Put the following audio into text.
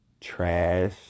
trash